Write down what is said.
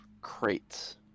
crates